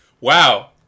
Wow